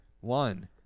one